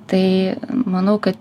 tai manau kad